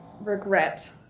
regret